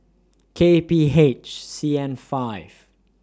K P H C N five